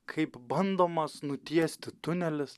kaip bandomas nutiesti tunelis